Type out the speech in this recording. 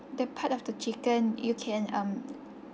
the part of the chicken you can um